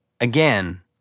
again